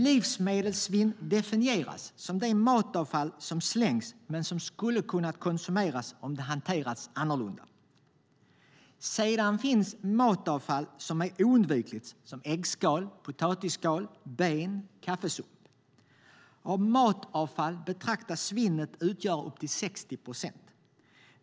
Livsmedelssvinn definieras som det matavfall som slängs men som skulle ha kunnat konsumeras om det hanterats annorlunda. Sedan finns det matavfall som är oundvikligt - äggskal, potatisskal, ben och kaffesump. Av matavfallet betraktas svinnet utgöra uppemot 60 procent.